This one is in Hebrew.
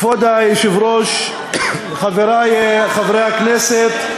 כבוד היושב-ראש, חברי חברי הכנסת,